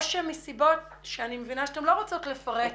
או שמסיבות שאני מבינה שאתן לא רוצות לפרט,